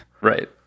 Right